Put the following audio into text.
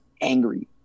angry